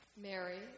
Mary